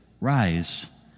rise